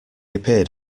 appeared